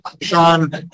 Sean